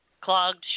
clogged